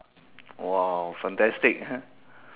!wow! fantastic ah